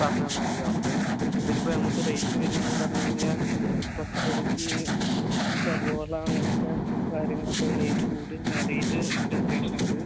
പറഞ്ഞ് തന്നാൽ മതി ഓക്കെ ഇതിൽ ഇപ്പോൾ നമ്മൾക്ക് റേറ്റ് വരുന്ന പറഞ്ഞു കഴിഞ്ഞാൽ പച്ചക്കറിക്ക് സവോള അങ്ങനെയൊക്കെ കാര്യങ്ങളൊക്കെ റേറ്റ് കൂടിയ റേറ്റ് ഉണ്ട് അത്യാവശ്യം ഉണ്ട്